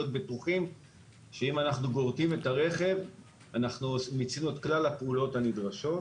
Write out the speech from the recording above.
בטוחים שאם אנחנו גורטים את הרכב אנחנו מיצינו את כלל הפעולות הנדרשות.